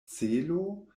celo